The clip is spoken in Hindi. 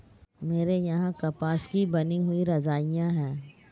मेरे यहां कपास की बनी हुई रजाइयां है